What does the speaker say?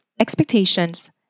expectations